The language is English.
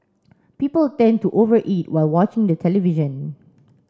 people tend to over eat while watching the television